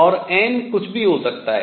और n कुछ भी हो सकता है